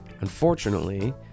Unfortunately